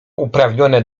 uprawnione